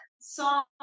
song